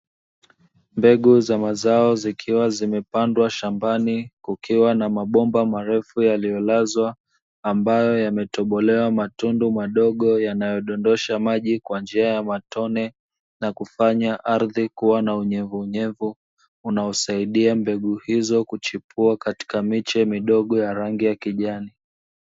Mbegu za mazao zikiwa zimepandwa shambani, kukiwa na mambomba marefu yaliyolazwa ambayo yametobolewa matundu madogo yanayodondosha maji kwa njia ya matone na kufanya ardhi kuwa na unyevuunyevu unaosaidia mbegu hizo kuchipua katika miche midogo ya rangi ya kijani.